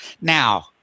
Now